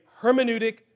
hermeneutic